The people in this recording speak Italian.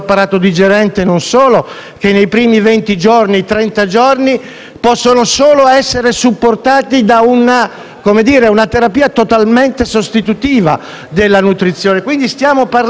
possono solo essere supportati da una terapia totalmente sostitutiva della nutrizione. Quindi, stiamo parlando di presidi sanitari a tutti gli effetti.